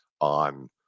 on